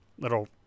little